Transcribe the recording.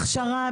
הכשרה,